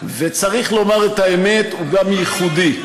וצריך לומר את האמת, הוא גם ייחודי.